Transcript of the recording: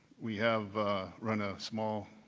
we have run a small